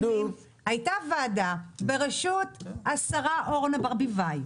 הייתה ועדה בראשות השרה אורנה ברביבאי,